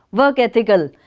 work ethical!